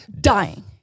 Dying